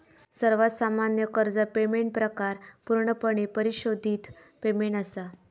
सर्वात सामान्य कर्ज पेमेंट प्रकार पूर्णपणे परिशोधित पेमेंट असा